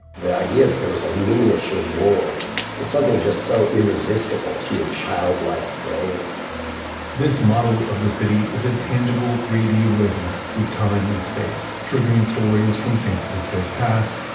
the idea that there was a miniature world, there's something just so irresistible to your childlike brain this model of the city is a tangible three d roadmap through time and space, triggering stories from san francisco's past,